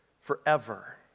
forever